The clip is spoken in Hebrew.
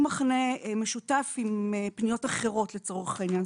מכנה משותף עם פניות אחרות לצורך העניין,